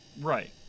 Right